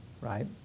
right